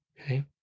okay